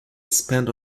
spent